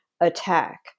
attack